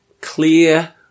clear